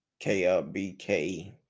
KLBK